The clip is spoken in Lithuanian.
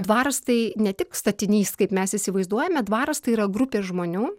dvaras tai ne tik statinys kaip mes įsivaizduojame dvaras tai yra grupė žmonių